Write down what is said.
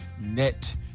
net